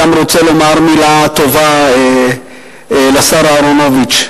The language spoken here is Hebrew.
גם רוצה לומר מלה טובה לשר אהרונוביץ.